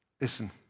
listen